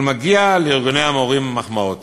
אבל מגיעות לארגוני המורים מחמאות.